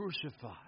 crucified